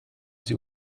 sie